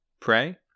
pray